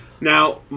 now